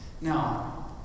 Now